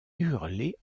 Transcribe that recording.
hurler